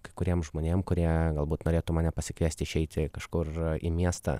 kai kuriem žmonėm kurie galbūt norėtų mane pasikviesti išeiti kažkur į miestą